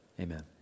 Amen